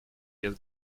без